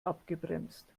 abgebremst